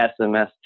SMS